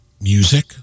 music